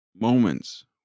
moments